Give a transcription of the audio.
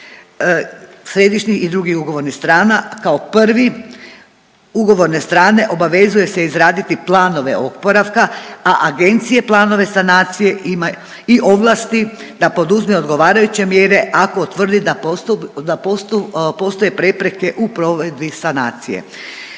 središnjih i drugih ugovornih strana kao prvi ugovorne strane obavezuje se izraditi planove oporavka, a agencije planove sanacije ima i ovlasti da poduzme odgovarajuće mjere ako utvrdi da postoje prepreke u provedbi sanacije.